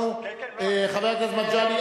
חבר הכנסת מגלי,